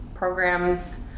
programs